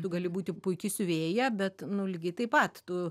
tu gali būti puiki siuvėja bet nu lygiai taip pat tu